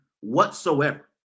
whatsoever